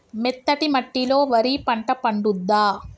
మెత్తటి మట్టిలో వరి పంట పండుద్దా?